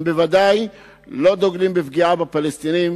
הם בוודאי לא דוגלים בפגיעה בפלסטינים.